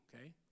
okay